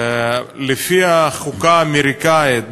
לפי החוקה האמריקנית,